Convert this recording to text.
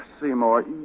Seymour